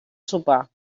sopar